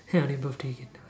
ya only birthday you can do